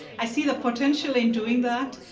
i see the potential in doing that,